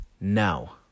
now